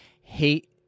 hate